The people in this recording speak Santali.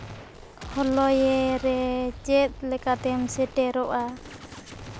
ᱦᱚᱞᱳᱭ ᱨᱮ ᱪᱮᱫ ᱞᱮᱠᱟᱛᱮᱢ ᱥᱮᱴᱮᱨᱚᱜᱼᱟ